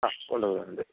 ആ കൊണ്ടുപോകുന്നുണ്ട്